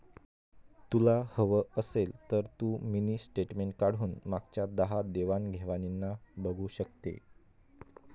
तुला हवं असेल तर तू मिनी स्टेटमेंट काढून मागच्या दहा देवाण घेवाणीना बघू शकते